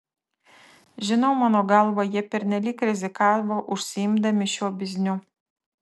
žinau mano galva jie pernelyg rizikavo užsiimdami šiuo bizniu